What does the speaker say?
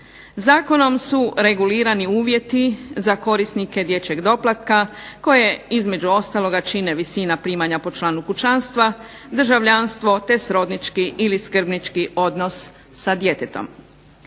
Zakonom su regulirani uvjeti za korisnike dječjeg doplatka, koje između ostaloga čine visina primanja po članu kućanstva, državljanstvo, te srodnički ili skrbnički odnos sa djetetom.